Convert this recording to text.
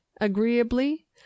agreeably